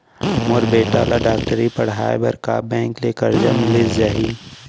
मोर बेटा ल डॉक्टरी पढ़ाये बर का बैंक ले करजा मिलिस जाही?